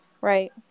Right